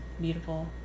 beautiful